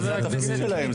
אבל זה התפקיד שלהם.